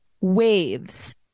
waves